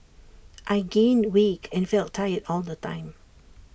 I gained weight and felt tired all the time